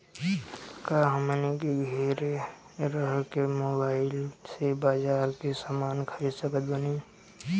का हमनी के घेरे रह के मोब्बाइल से बाजार के समान खरीद सकत बनी?